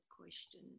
question